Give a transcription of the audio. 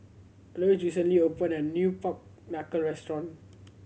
Loyce recently opened a new pork knuckle restaurant